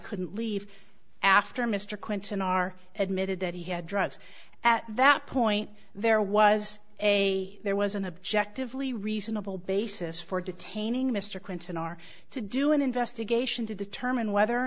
couldn't leave after mr clinton are admitted that he had drugs at that point there was a there was an objective lee reasonable basis for detaining mr clinton are to do an investigation to determine whether or